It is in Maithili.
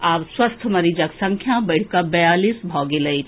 आब स्वस्थ मरीजक संख्या बढ़ि कऽ बियालीस भऽ गेल अछि